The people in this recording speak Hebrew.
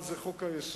לבעיות.